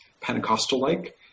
Pentecostal-like